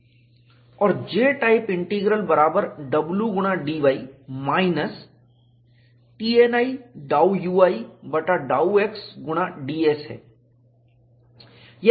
और J type integral बराबर W गुणा dy माइनस Tni ∂ui बटा ∂x गुणा ds है